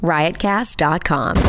Riotcast.com